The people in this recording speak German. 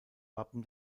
wappen